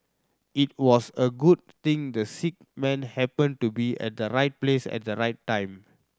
it was a good thing the sick man happened to be at the right place at the right time